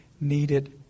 needed